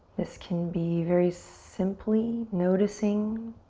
this can be very simply noticing